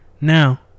Now